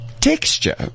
texture